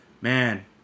man